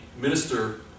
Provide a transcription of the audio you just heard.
minister